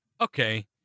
okay